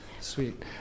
Sweet